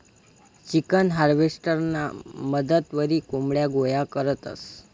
chicken हार्वेस्टरना मदतवरी कोंबड्या गोया करतंस